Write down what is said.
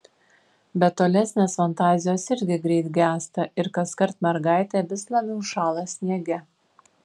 bet tolesnės fantazijos irgi greit gęsta ir kaskart mergaitė vis labiau šąla sniege